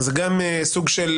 זה גם סוג של